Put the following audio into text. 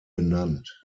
benannt